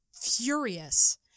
furious